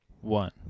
one